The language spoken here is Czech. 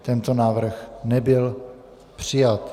Tento návrh nebyl přijat.